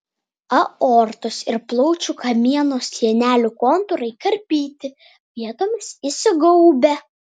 aortos ir plaučių kamieno sienelių kontūrai karpyti vietomis įsigaubę